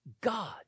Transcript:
God